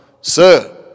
Sir